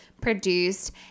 produced